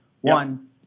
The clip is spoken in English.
One